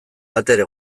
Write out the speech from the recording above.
batere